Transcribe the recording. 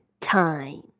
time